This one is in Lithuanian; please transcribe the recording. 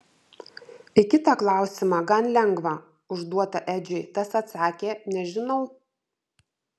į kitą klausimą gan lengvą užduotą edžiui tas atsakė nežinau